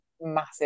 massive